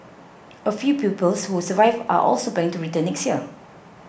a few pupils who survived are also planning to return next year